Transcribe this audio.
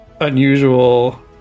unusual